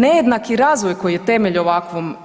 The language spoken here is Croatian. Nejednaki razvoj koji je temelj ovakvom